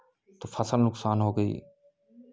फसल नुकसान हो गई